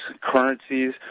currencies